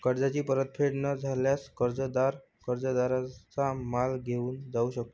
कर्जाची परतफेड न झाल्यास, कर्जदार कर्जदाराचा माल घेऊन जाऊ शकतो